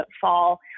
fall